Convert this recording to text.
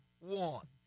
want